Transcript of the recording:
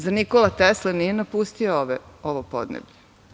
Zar Nikola Tesla nije napustio ovo podneblje?